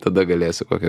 tada galėsiu kokią